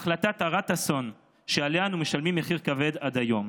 החלטה הרת אסון שעליה אנחנו משלמים מחיר כבד עד היום,